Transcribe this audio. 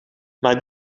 maar